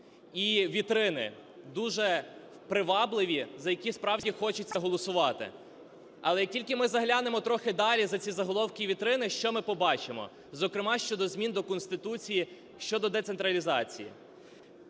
і вітрини, дуже привабливі, за які справді хочеться голосувати. Але як тільки ми заглянемо трохи далі за ці заголовки і вітрини, що ми побачимо, зокрема, що до змін до Конституції щодо децентралізації?